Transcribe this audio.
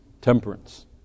temperance